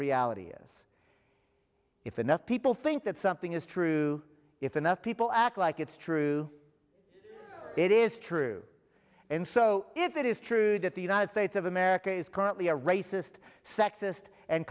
reality is if enough people think that something is true if enough people act like it's true it is true and so if it is true that the united states of america is currently a racist sexist and